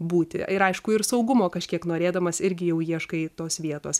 būti ir aišku ir saugumo kažkiek norėdamas irgi jau ieškai tos vietos